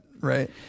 right